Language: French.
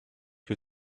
que